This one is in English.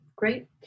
Great